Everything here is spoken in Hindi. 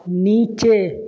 नीचे